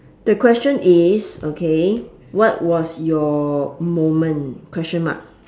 the question is okay what was your moment question mark